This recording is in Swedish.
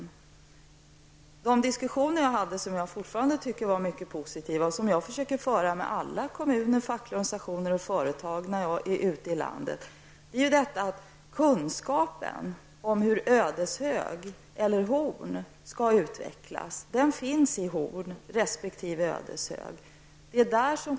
Jag försöker alltid föra diskussioner med kommuner, fackliga organisationer och företag när jag är ute i landet. I den här speciella diskussionen, som jag fortfarande anser var mycket positiv, sade jag att kunskapen om hur Ödeshög eller Horn skall utvecklas finns i Ödeshög resp. Horn.